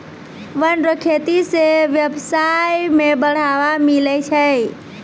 वन रो खेती से व्यबसाय में बढ़ावा मिलै छै